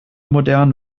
modern